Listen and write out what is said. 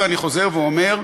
ואני חוזר ואומר,